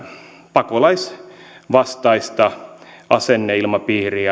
pakolaisvastaista asenneilmapiiriä